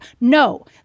No